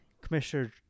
Commissioner